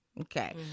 Okay